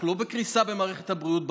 אנחנו לא בקריסה במערכת הבריאות,